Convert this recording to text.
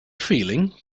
feeling